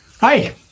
Hi